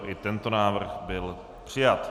I tento návrh byl přijat.